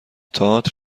تئاتر